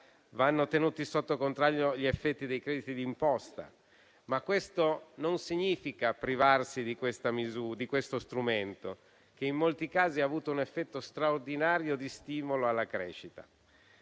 Vanno tenuti sotto controllo gli effetti dei crediti d'imposta, ma ciò non significa privarsi di questo strumento che in molti casi ha avuto un effetto straordinario di stimolo alla crescita.